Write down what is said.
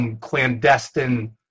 clandestine